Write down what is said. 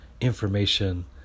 information